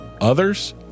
others